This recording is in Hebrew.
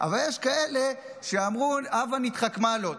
אבל יש כאלה שאמרו: הבה נתחכמה לו.